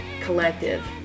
collective